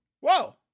Whoa